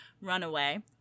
runaway